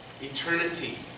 Eternity